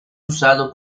usado